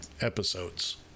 episodes